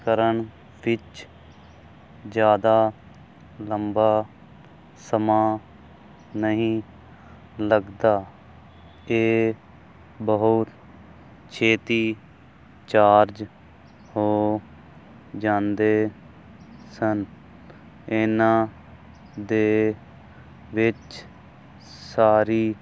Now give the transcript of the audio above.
ਕਰਨ ਵਿੱਚ ਜਿਆਦਾ ਲੰਬਾ ਸਮਾਂ ਨਹੀਂ ਲੱਗਦਾ ਇਹ ਬਹੁਤ ਛੇਤੀ ਚਾਰਜ ਹੋ ਜਾਂਦੇ ਸਨ ਇਹਨਾਂ ਦੇ ਵਿੱਚ ਸਾਰੀ